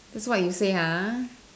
that's what you say ha